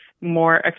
more